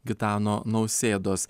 gitano nausėdos